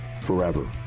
forever